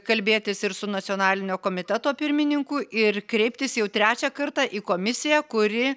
kalbėtis ir su nacionalinio komiteto pirmininku ir kreiptis jau trečią kartą į komisiją kuri